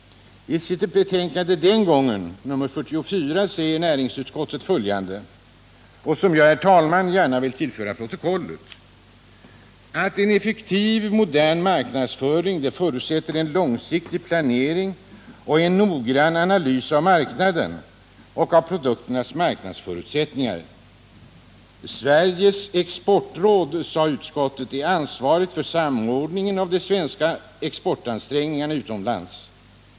I sitt betänkande den gången, 1976/77:44, sade näringsutskottet följande, som jag, herr talman, gärna vill tillföra protokollet: ”Utskottet vill dock framhålla att en effektiv modern marknadsföring förutsätter en långsiktig planering och en noggrann analys av marknaden och av produkternas marknadsförutsättningar. Sveriges exportråd är ansvarigt för samordningen av de svenska exportansträngningarna utomlands.